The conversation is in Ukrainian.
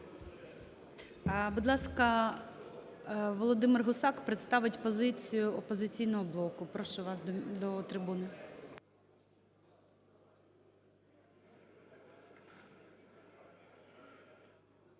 Будь ласка, Володимир Гусак представить позицію "Опозиційного блоку", прошу вас до трибуни.